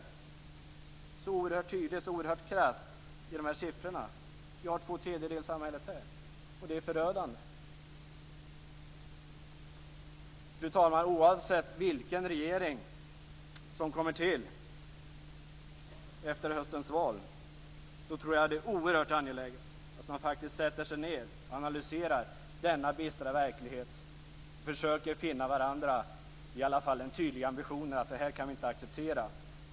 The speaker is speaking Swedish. Det blir så oerhört tydligt, så oerhört krasst genom de här siffrorna att vi har tvåtredjedelssamhället här. Det är förödande. Fru talman! Oavsett vilken regering som kommer till efter höstens val tror jag att det är oerhört angeläget att man sätter sig ned och analyserar denna bistra verklighet, att man försöker finna varandra i den tydliga ambitionen att vi inte kan acceptera det här.